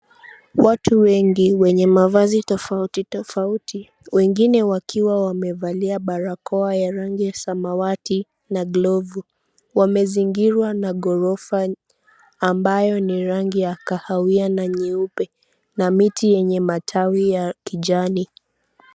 Watu wengi wenye mavazi tofauti tofauti, wengine wakiwa wamevalia barakoa ya rangi samawati na glovu . Wamezingirwa na ghorofa ambayo ni rangi ya kahawia na nyeupe na miti yenye matawi ya kijani.